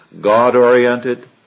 God-oriented